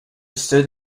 stood